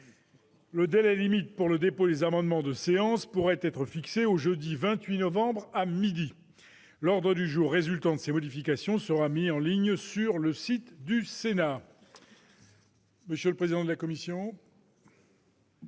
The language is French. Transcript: Le délai limite pour le dépôt des amendements de séance pourrait être fixé au jeudi 28 novembre à midi. L'ordre du jour résultant de ces modifications sera mis en ligne sur le site du Sénat.